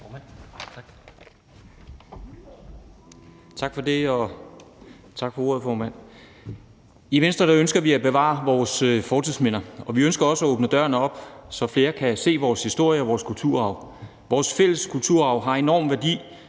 Knuth (V): Tak for ordet, formand. I Venstre ønsker vi at bevare vores fortidsminder, og vi ønsker også at åbne dørene op, så flere kan se vores historie og vores kulturarv. Vores fælles kulturarv har enorm værdi